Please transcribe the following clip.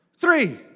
three